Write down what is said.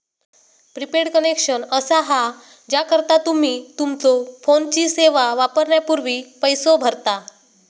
prepaid connection असा हा ज्याकरता तुम्ही तुमच्यो फोनची सेवा वापरण्यापूर्वी पैसो भरता